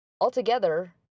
altogether